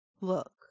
look